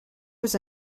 was